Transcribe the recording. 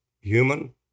human